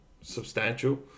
substantial